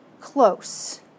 close